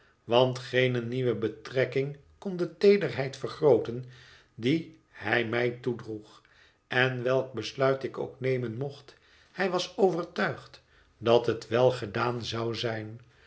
want geene nieuwe betrekking kon de teederheid vergrooten die hij mij toedroeg en welk besluit ik ook nemen mocht hij was overtuigd dat het welgedaan zou zijn